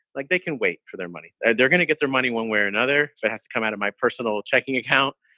like they can wait for their money. they're gonna get their money one way or another. has to come out of my personal checking account,